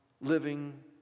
living